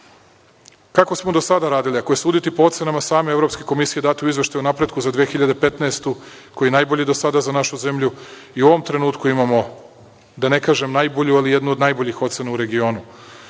smo do sada radili? Ako je suditi po ocenama same Evropske komisije, date u Izveštaju o napretku za 2015. godinu, koji je najbolji do sada za našu zemlju, i u ovom trenutku imamo da ne kažem najbolju, ali jednu od najboljih ocena u regionu.U